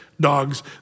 dogs